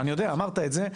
אני יודע, אמרת את זה.